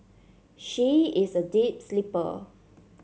she is a deep sleeper